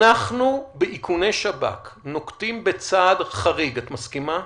אנחנו באיכוני שב"כ נוקטים בצעד חריג, את מסכימה?